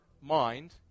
mind